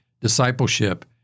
discipleship